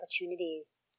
opportunities